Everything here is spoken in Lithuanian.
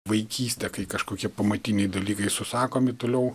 vaikystę kai kažkokie pamatiniai dalykai susakomi toliau